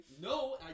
No